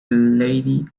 lady